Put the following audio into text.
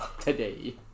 Today